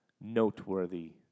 noteworthy